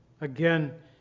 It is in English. Again